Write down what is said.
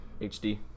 HD